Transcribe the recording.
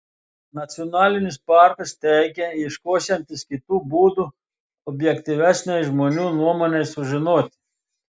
nacionalinis parkas teigia ieškosiantis kitų būdų objektyvesnei žmonių nuomonei sužinoti